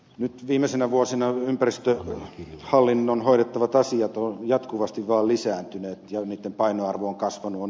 nyt viimeisinä vuosina ympäristöhallinnossa hoidettavat asiat ovat jatkuvasti vaan lisääntyneet ja niitten painoarvo on kasvanut